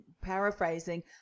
paraphrasing